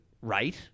right